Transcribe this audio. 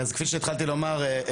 כפי שהתחלתי לומר,